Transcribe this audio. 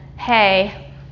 hey